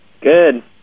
Good